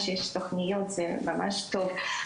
שיש תוכניות זה ממש טוב,